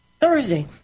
Thursday